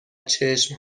چشم